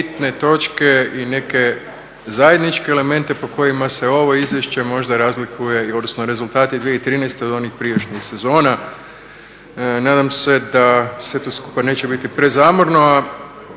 bitne točke i neke zajedničke elemente po kojima se ovo izvješće možda razlikuje, odnosno rezultati 2013. od onih prijašnjih sezona. Nadam se da sve to skupa neće biti prezamorno,